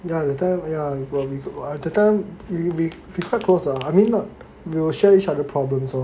ya that time yeah we go~ we that time we we quite close lah I mean not we will share each other problems lor